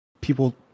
people